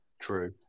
True